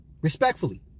respectfully